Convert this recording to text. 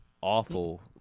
Awful